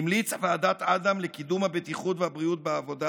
המליצה ועדת אדם לקידום הבטיחות והבריאות בעבודה